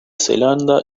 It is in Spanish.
zelanda